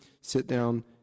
sit-down